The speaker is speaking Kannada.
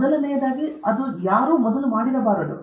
ಮೊದಲನೆಯದಾಗಿ ಅದು ಮೊದಲು ಮಾಡಬಾರದು